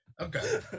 Okay